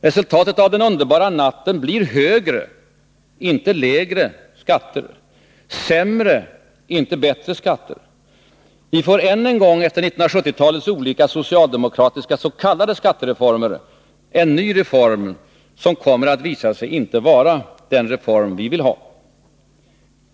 Resultatet av den underbara natten blir högre, icke lägre, skatter och sämre, icke bättre, skatter. Vi får än en gång efter 1970-talets olika socialdemokratiska s.k. skattereformer en ny reform, som sannerligen inte är den reform som vi ville ha.